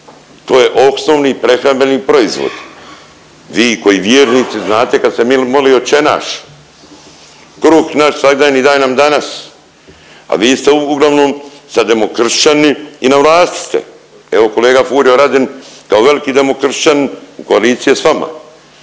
To je osnovni prehrambeni proizvod. Vi koji vjernici znate kad se moli Oče naš, kruh naš svagdanji daj nam danas, a vi ste uglavnom demokršćani i na vlasti ste. Evo kolega Furio Radin kao veliki demokršćanin u koaliciji je sa vama